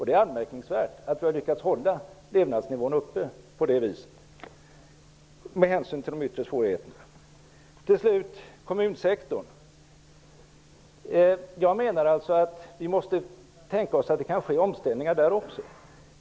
Det är anmärkningsvärt att vi har lyckats hålla levnadsnivån uppe på det viset, med hänsyn till de yttre svårigheterna. Till slut kommunsektorn. Jag menar att vi måste tänka oss att det kan ske omställningar där också.